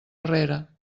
arrere